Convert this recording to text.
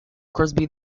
crosby